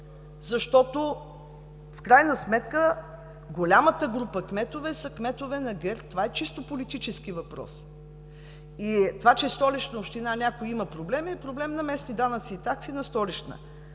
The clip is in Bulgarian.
защото в крайна сметка голямата група кметове са кметове на ГЕРБ. Това е чисто политически въпрос. Това, че в Столична община някой има проблеми, е проблем на „Местни данъци и такси“ на Столична.